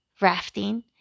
rafting